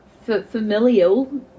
familial